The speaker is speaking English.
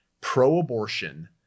pro-abortion